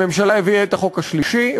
הממשלה הביאה את החוק השלישי,